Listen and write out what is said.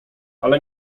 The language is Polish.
ale